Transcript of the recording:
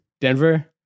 Denver